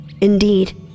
Indeed